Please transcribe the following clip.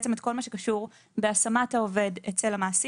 כל מה שקשור בהשמת העובד אצל המעסיק.